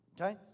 Okay